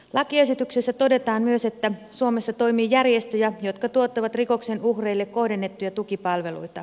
lakiesityksessä todetaan myös että suomessa toimii järjestöjä jotka tuottavat rikoksen uhreille kohdennettuja tukipalveluita